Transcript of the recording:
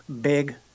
big